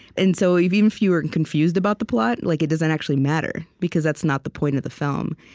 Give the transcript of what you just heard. and so even if you were and confused about the plot, like it doesn't actually matter because that's not the point of the film.